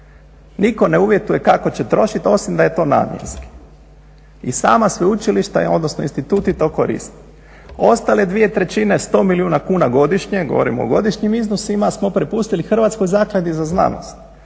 Nitko ne uvjetuje kako će trošiti osim da je to namjenski. I sama sveučilišta, odnosno instituti to koriste. Ostale dvije trećine, 100 milijuna kuna godišnje, govorim o godišnjim iznosima, smo prepustili Hrvatskoj zakladi za znanost.